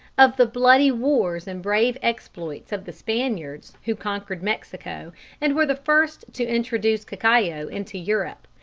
of the bloody wars and brave exploits of the spaniards who conquered mexico and were the first to introduce cacao into europe,